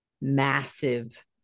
massive